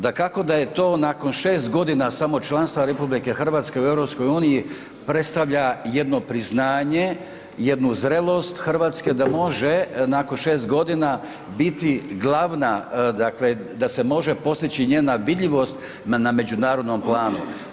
Dakako da je to nakon 6 g. samo članstva RH u EU-u, predstavlja jedno priznanje, jednu zrelost Hrvatske da može nakon 6 g. biti glavna, dakle da se može postići njena vidljivost na međunarodnom planu.